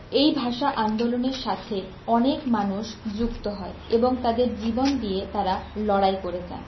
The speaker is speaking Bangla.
এই ভাষা আন্দোলনের সাথে অনেক মানুষ যুক্ত হয় এবং তাদের জীবন দিয়ে তারা লড়াই করে যান